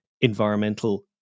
environmental